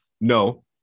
No